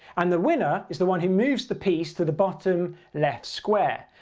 and the winner is the one who moves the piece to the bottom left square.